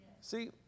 See